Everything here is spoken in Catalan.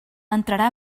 entrara